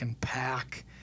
pack